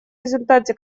результате